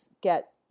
get